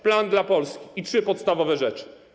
Plan dla Polski i trzy podstawowe rzeczy.